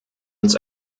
uns